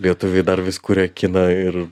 lietuviai dar vis kuria kiną ir